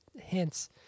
hints